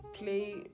play